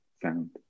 sound